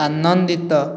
ଆନନ୍ଦିତ